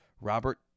Robert